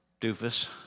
doofus